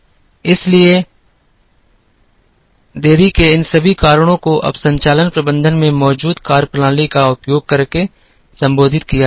इसलिए देरी के इन सभी कारणों को अब संचालन प्रबंधन में मौजूद कार्यप्रणाली का उपयोग करके संबोधित किया जाता है